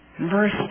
verse